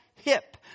Hip